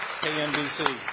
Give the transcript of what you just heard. KNBC